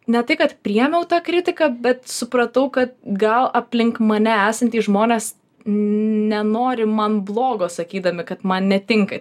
ne tai kad priėmiau tą kritiką bet supratau kad gal aplink mane esantys žmonės nenori man blogo sakydami kad man netinka